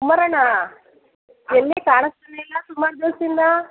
ಕುಮಾರಣ್ಣ ಎಲ್ಲಿ ಕಾಣಿಸ್ತಾನೆ ಇಲ್ಲ ಸುಮಾರು ದಿವಸ್ದಿಂದ